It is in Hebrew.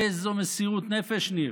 איזו מסירות נפש, ניר.